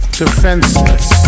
defenseless